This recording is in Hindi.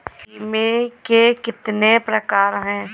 बीमे के कितने प्रकार हैं?